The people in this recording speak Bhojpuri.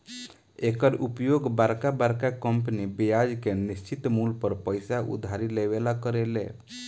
एकर उपयोग बरका बरका कंपनी ब्याज के निश्चित मूल पर पइसा उधारी लेवे ला करेले